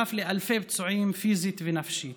נוסף על אלפי פצועים פיזית ונפשית.